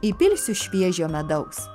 įpilsiu šviežio medaus